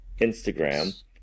instagram